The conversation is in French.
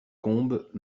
combes